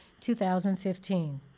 2015